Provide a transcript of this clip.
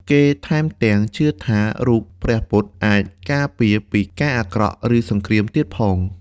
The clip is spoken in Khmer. គេថែមទាំង ជឿថារូបព្រះពុទ្ធអាចការពារពីការអាក្រក់ ឬសង្រ្គាមទៀតផង។